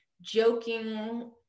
joking